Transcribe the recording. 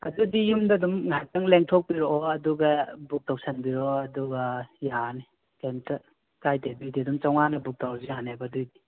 ꯑꯗꯨꯗꯤ ꯌꯨꯝꯗ ꯑꯗꯨꯝ ꯉꯥꯏꯛꯇꯪ ꯂꯦꯡꯊꯣꯛꯄꯤꯔꯛꯑꯣ ꯑꯗꯨꯒ ꯕꯨꯛ ꯇꯧꯁꯟꯕꯤꯔꯣ ꯑꯗꯨꯒ ꯌꯥꯔꯅꯤ ꯀꯩꯝꯇ ꯀꯥꯏꯗꯦ ꯑꯗꯨꯏꯗꯤ ꯑꯗꯨꯝ ꯆꯝꯉꯥꯅ ꯕꯨꯛ ꯇꯧꯔꯁꯨ ꯌꯥꯅꯦꯕ ꯑꯗꯨꯏꯗꯤ